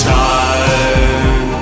time